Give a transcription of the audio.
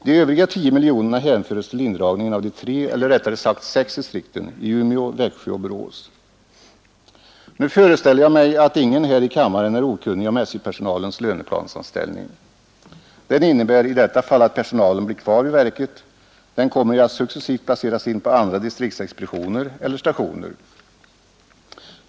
De övriga 10 miljonerna hänföres till indragningen av de tre eller rättare sagt sex distrikten, i Umeå, Växjö och Borås. Nu föreställer jag mig att ingen här i kammaren är okunnig om SJ-personalens löneplansanställning. Den innebär i detta fall att personalen blir kvar vid verket. De kommer att successivt placeras in på andra distriktsexpeditioner eller stationer.